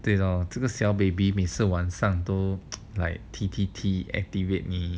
对 loh 这个小 baby like 踢踢踢踢 activate me